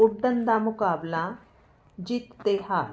ਉੱਡਣ ਦਾ ਮੁਕਾਬਲਾ ਜਿੱਤ ਅਤੇ ਹਾਰ